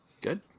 good